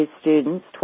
students